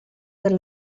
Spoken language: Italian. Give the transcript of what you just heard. per